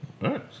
Right